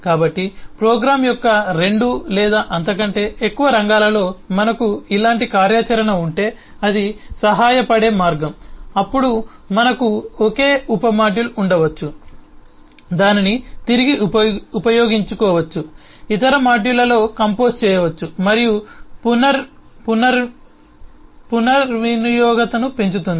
కాబట్టి ప్రోగ్రామ్ యొక్క రెండు లేదా అంతకంటే ఎక్కువ రంగాలలో మనకు ఇలాంటి కార్యాచరణ ఉంటే అది సహాయపడే మార్గం అప్పుడు మనకు ఒకే ఉప మాడ్యూల్ ఉండవచ్చు దానిని తిరిగి ఉపయోగించుకోవచ్చు ఇతర మాడ్యూళ్ళలో కంపోజ్ చేయవచ్చు మరియు పునర్వినియోగతను పెంచుతుంది